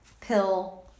pill